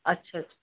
अच्छा